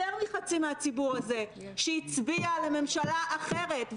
יותר מחצי מהציבור הזה שהצביע לממשלה אחרת.